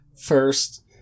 first